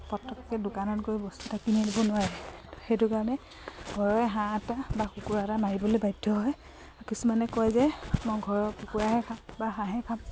পটককৈ দোকানত গৈ বস্তু এটা কিনি আনিব নোৱাৰে সেইটো কাৰণে ঘৰৰে হাঁহ এটা বা কুকুৰা এটা মাৰিবলৈ বাধ্য হয় আৰু কিছুমানে কয় যে মই ঘৰৰ কুকুৰাহে খাম বা হাঁহে খাম